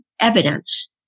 evidence